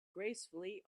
gracefully